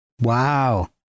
wow